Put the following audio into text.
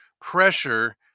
pressure